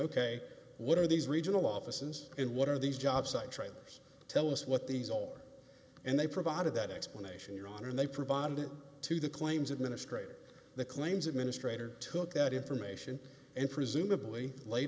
ok what are these regional offices and what are these job site trailers tell us what these on and they provided that explanation your honor and they provided it to the claims administrator the claims administrator took that information and presumably laid